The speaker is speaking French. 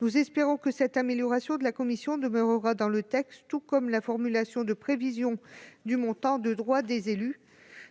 Nous espérons que cette amélioration apportée par la commission demeurera dans le texte, tout comme la formulation de prévisions du montant des droits des élus.